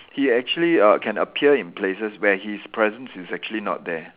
he actually uh can appear in places where his presence is actually not there